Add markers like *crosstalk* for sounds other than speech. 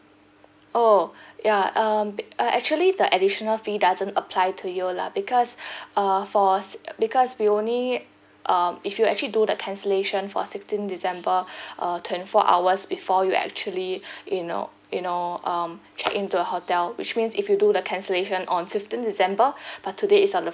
oh ya um uh actually the additional fee doesn't apply to you lah because *breath* uh for because we only um if you actually do the cancellation for sixteenth december *breath* uh twenty four hours before you actually *breath* you know you know um check in to a hotel which means if you do the cancellation on fifteenth december *breath* but today is on the